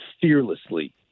fearlessly